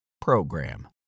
program